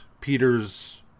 Peter's